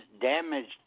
damaged